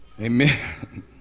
Amen